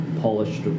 polished